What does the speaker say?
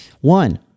One